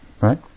right